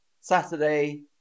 Saturday